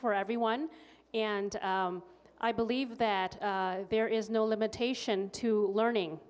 for everyone and i believe that there is no limitation to learning